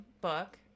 book